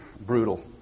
brutal